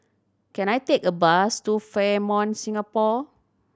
can I take a bus to Fairmont Singapore